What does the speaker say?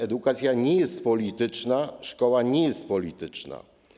Edukacja nie jest polityczna, szkoła nie jest polityczna.